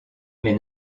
mais